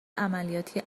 عملیاتی